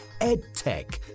edtech